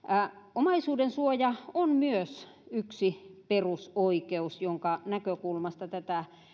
omaisuudensuoja on myös yksi perusoikeus jonka näkökulmasta tätä